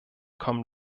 kommen